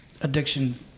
addiction